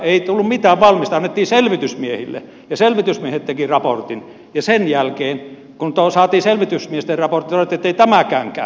ei tullut mitään valmista annettiin selvitysmiehille ja selvitysmiehet tekivät raportin ja sen jälkeen kun saatiin selvitysmiesten raportti sanottiin ettei tämäkään käy